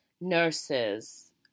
nurses